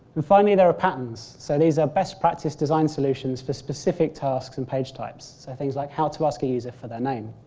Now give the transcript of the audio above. finally, there are patterns. so these are best practice design solutions for specific tasks and page types, so things like how to ask a user for their name.